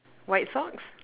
white socks